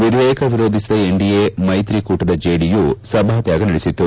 ವಿಧೇಯಕ ವಿರೋಧಿಸಿದ ಎನ್ಡಿಎ ಮೈತ್ರಿ ಕೂಟದ ಜೆಡಿಯು ಸಭಾತ್ಯಾಗ ನಡೆಸಿತು